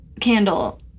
candle